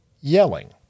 yelling